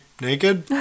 naked